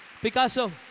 Picasso